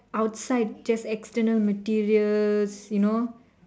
outside just external materials you know